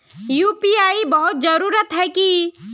UPI बहुत जरूरी है की?